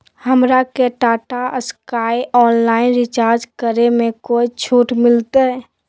हमरा के Tata Sky online recharge करे में कोई छूट मिलतई